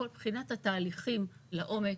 כל בחינת התהליכים לעומק.